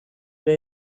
ere